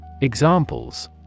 Examples